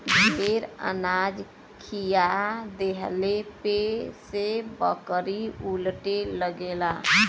ढेर अनाज खिया देहले से बकरी उलटे लगेला